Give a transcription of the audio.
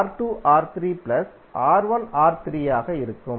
ஆக இருக்கும்